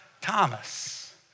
Thomas